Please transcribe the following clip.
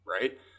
right